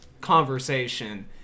conversation